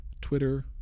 Twitter